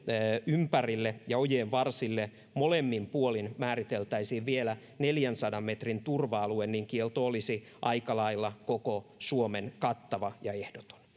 ympärille ja ojien varsille molemmin puolin määriteltäisiin vielä neljänsadan metrin turva alue niin kielto olisi aika lailla koko suomen kattava ja ehdoton